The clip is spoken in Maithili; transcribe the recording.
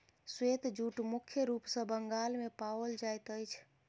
श्वेत जूट मुख्य रूप सॅ बंगाल मे पाओल जाइत अछि